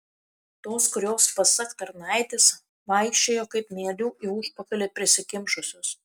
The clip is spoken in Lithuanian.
tos kurios pasak tarnaitės vaikščiojo kaip mielių į užpakalį prisikimšusios